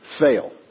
Fail